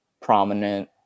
prominent